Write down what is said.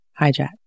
hijack